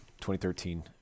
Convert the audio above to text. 2013